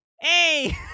hey